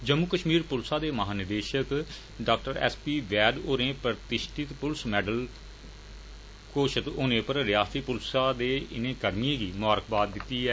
जम्मू कष्मीर पुलसै दे महानिदेषक डा एस पी वैद होरें प्रतिश्ठित पुलस मैडल घोशत होने पर रयासती पुलसै दे इनें कर्मियें गी ममारकबाद दिती ऐ